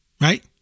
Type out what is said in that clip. right